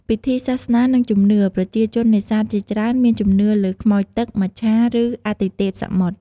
ពិធីសាសនា និងជំនឿ ប្រជាជននេសាទជាច្រើនមានជំនឿលើខ្មោចទឹក មច្ឆា ឬអាទិទេពសមុទ្រ។